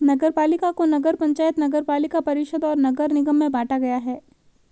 नगरपालिका को नगर पंचायत, नगरपालिका परिषद और नगर निगम में बांटा गया है